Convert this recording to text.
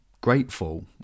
grateful